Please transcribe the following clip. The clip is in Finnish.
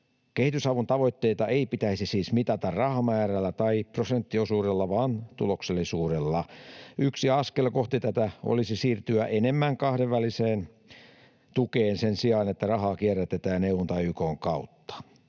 Kehitysavun tavoitteita ei pitäisi siis mitata rahamäärällä tai prosenttiosuudella vaan tuloksellisuudella. Yksi askel kohti tätä olisi siirtyä enemmän kahdenväliseen tukeen sen sijaan, että rahaa kierrätetään EU:n tai YK:n kautta.